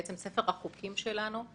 בעצם ספר החוקים שלנו,